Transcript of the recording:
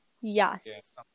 Yes